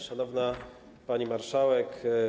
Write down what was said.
Szanowna Pani Marszałek!